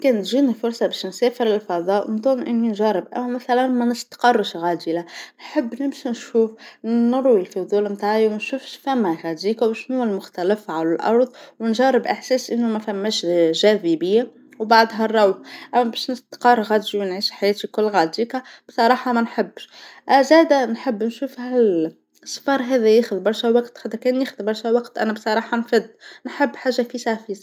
كنجينى فرصة باش نسافر الفظاء نمتن إني نجرب أو مثلا منستقرش عاجلا نحب نمشي نشوف نرو الفظول بتاعى ونشوف فما هاديكا وشنو المختلف على الأرض ونجرب إحساس أنو ما فماش جاذبية وبعدها نروح أو باش نستقر خالص ونعيش حياتي كلها هاديكا بصراحة ما نحبش ازادا نحب نشوف هالسفر هذا ياخد برشا إذا كان ياخد برشا وقت أنا بصراحة نفدت نحب حاجة فيسع فيسع